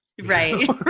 right